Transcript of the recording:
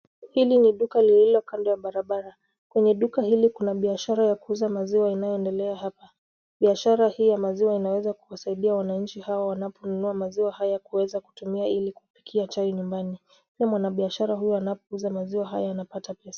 Hili ni duka lililo kando ya barabara. Kwenye duka hili kuna biashara ya kuuza maziwa inayoendelea hapa. Biashara hii ya maziwa inaweza kuwasaidia wananchi hawa wanaponunua maziwa haya kuweza kutumia ili kupikia chai nyumbani. Pia mwanabiashara huyu anapouza maziwa haya anapata pesa.